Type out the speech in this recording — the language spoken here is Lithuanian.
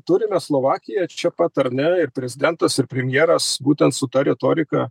turime slovakiją čia pat ar ne ir prezidentas ir premjeras būtent su ta retorika